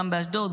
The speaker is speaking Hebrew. גם באשדוד,